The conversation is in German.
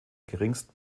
geringsten